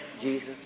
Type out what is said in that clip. Jesus